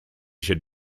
should